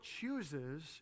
chooses